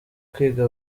kwiga